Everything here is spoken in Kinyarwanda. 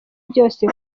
byose